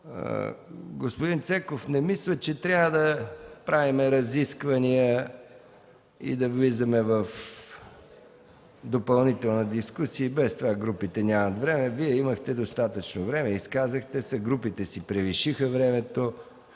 Господин Цеков, не мисля, че трябва да правим разисквания и да влизаме в допълнителна дискусия, и без това групите нямат време, Вие имахте достатъчно време, изказахте се, групите си превишиха времето.